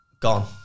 gone